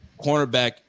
cornerback